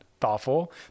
thoughtful